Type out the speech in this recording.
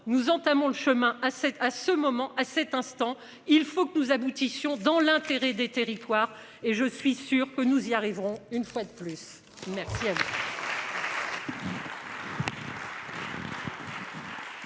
nous entamons le chemin à cette à ce moment à cet instant, il faut que nous aboutissions dans l'intérêt des territoires et je suis sûr que nous y arriverons. Une fois de plus. Monsieur